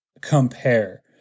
compare